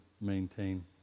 maintain